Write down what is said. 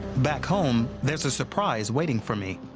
back home there's a surprise waiting for me.